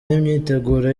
n’imyiteguro